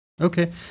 okay